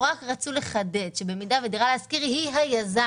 רק רצו לחדד שזה במידה ודירה להשכיר היא היזם.